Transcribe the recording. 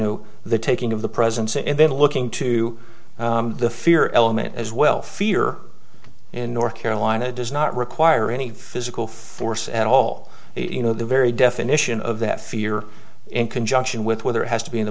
know the taking of the presence and then looking to the fear element as well fear in north carolina does not require any physical force at all you know the very definition of that fear in conjunction with whether it has to be in the